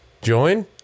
join